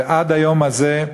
ועד היום הזה,